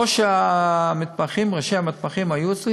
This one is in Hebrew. ראשי המתמחים היו אצלי.